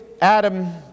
Adam